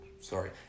sorry